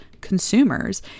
consumers